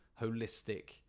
holistic